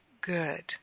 good